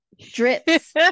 drips